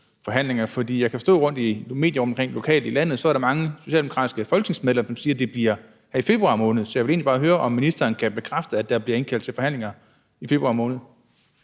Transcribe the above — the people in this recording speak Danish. For jeg kan forstå på medier rundtomkring lokalt i landet, at der er mange socialdemokrater, der så siger, at det bliver i februar måned. Så jeg vil egentlig bare høre, om ministeren kan bekræfte, at der bliver indkaldt til infrastrukturforhandlinger i februar måned.